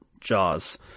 jaws